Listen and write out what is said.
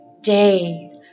day